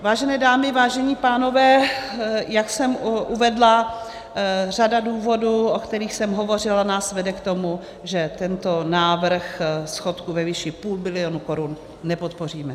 Vážené dámy, vážení pánové, jak jsem uvedla, řada důvodů, o kterých jsem hovořila, nás vede k tomu, že tento návrh schodku ve výši půl bilionu korun, nepodpoříme.